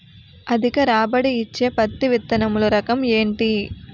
అధిక రాబడి ఇచ్చే పత్తి విత్తనములు రకం ఏంటి?